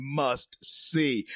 must-see